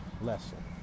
lesson